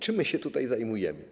Czym my się tutaj zajmujemy?